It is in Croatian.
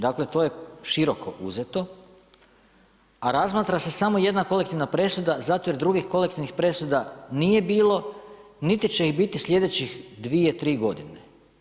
Dakle, to je široko uzeto, a razmatra se samo jedna kolektivna presuda zato jer drugih kolektivnih presuda nije bilo niti će ih biti sljedećih dvije, tri godine.